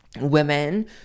women